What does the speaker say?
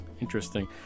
Interesting